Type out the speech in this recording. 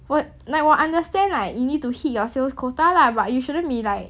我 like 我 understand like you need to hit your sales quota lah but you shouldn't be like